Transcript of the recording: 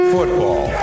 Football